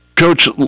Coach